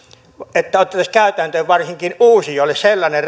että otettaisiin käytäntöön varsinkin uusijoille sellainen